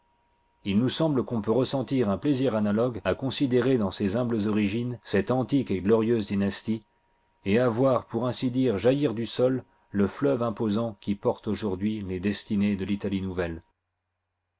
il nous semble qu'on peut ressentir un plaisir analogue à considérer dans ses humbles origines cette antique et glorieuse dynastie et à voir pour ainsi dire jaillir du sol le fleuve imposant qui porte aujourd'hui les destinées de l'italie nouvelle